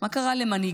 מה קרה למנהיגות?